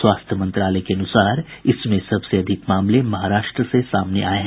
स्वास्थ्य मंत्रालय के अनुसार इसमें सबसे अधिक मामले महाराष्ट्र से सामने आये हैं